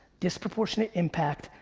disproportionate impact,